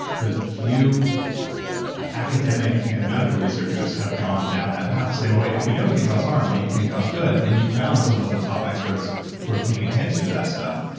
but a few academic and medical researchers have gone down that path to say, well wait. if we know it can cause harm, maybe it can cause good. and you found some of the top experts who are paying attention to that stuff,